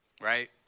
Right